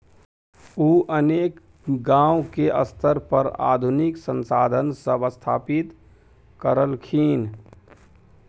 उ अनेक गांव के स्तर पर आधुनिक संसाधन सब स्थापित करलखिन